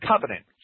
covenant